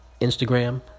Instagram